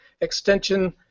Extension